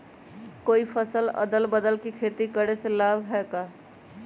कोई फसल अदल बदल कर के खेती करे से लाभ है का?